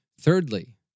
Thirdly